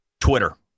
Twitter